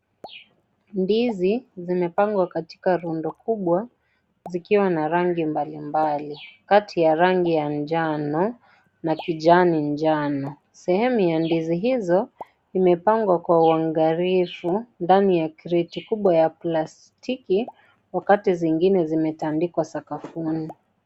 Ndizi zimepangwa katika rundo kubwa zikiwa na rangi mbalimbali, kati ya rangi ya njano na kijani njano. Sehemu ya ndizi hizo, imepangwa kwa uangalifu ndani ya kreti kubwa ya plastiki wakati zingine zimetandikwa sakafuni.